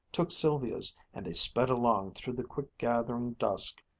took sylvia's, and they sped along through the quick-gathering dusk,